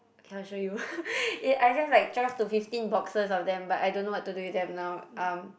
cannot show you eh I have like twelve to fifteen boxes of them but I don't know what to do with them now um